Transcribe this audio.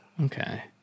Okay